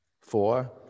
Four